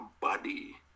body